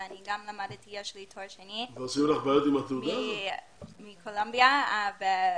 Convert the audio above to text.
ויש לי תואר שני מאוניברסיטת קולומביה במדעי